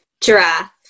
Giraffe